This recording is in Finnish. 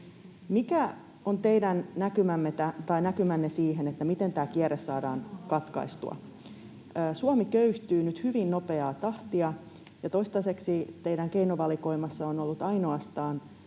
Mikä on teidän näkymänne siihen, miten tämä kierre saadaan katkaistua? Suomi köyhtyy nyt hyvin nopeaa tahtia, ja toistaiseksi teidän keinovalikoimassanne on ollut ainoastaan